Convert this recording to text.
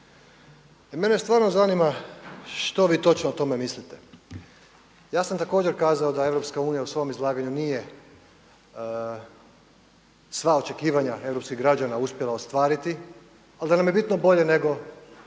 Mene stvarno zanima što vi točno o tome mislite. Ja sam također kazao da Europska unija, u svom izlaganju, nije sva očekivanja europskih građana uspjela ostvariti, ali da nam je bitno bolje nego